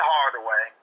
Hardaway